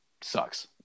sucks